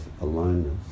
aloneness